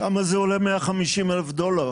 שם זה עולה 150,000 דולר,